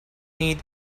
need